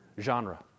Genre